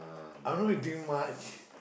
I don't like think much